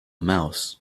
mouse